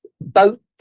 boat